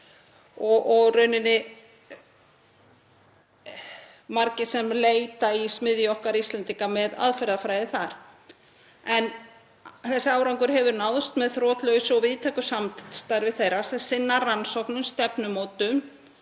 og í rauninni margir sem leita í smiðju okkar Íslendinga varðandi aðferðafræði þar. Þessi árangur hefur náðst með þrotlausu og víðtæku samstarfi þeirra sem sinna rannsóknum, stefnumótun